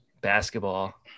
basketball